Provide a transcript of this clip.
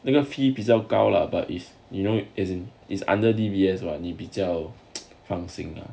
那个 fee 比较高 lah but it's you know is in is under D_B_S 你比较放心 lah